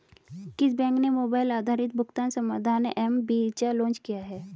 किस बैंक ने मोबाइल आधारित भुगतान समाधान एम वीज़ा लॉन्च किया है?